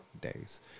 days